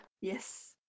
Yes